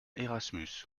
erasmus